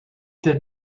did